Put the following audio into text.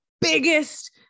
biggest